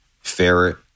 ferret